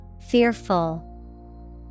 fearful